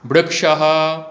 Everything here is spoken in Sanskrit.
वृक्षः